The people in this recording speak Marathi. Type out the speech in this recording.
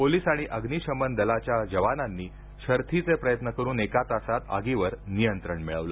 पोलिस आणि अग्निशमन दलाच्या जवानांनी शर्थीचे प्रयत्न करून एका तासात आगीवर नियंत्रण मिळवलं